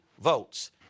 votes